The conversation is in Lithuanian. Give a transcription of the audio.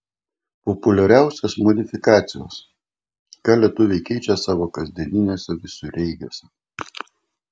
populiariausios modifikacijos ką lietuviai keičia savo kasdieniniuose visureigiuose